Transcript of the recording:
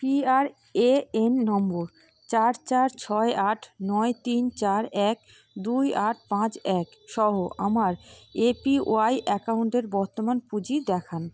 PRAN নম্বর চার চার ছয় আট নয় তিন চার এক দুই আট পাঁচ এক সহ আমার এপিওয়াই অ্যাকাউন্টের বর্তমান পুঁজি দেখান